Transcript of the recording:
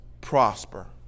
prosper